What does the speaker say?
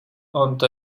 onto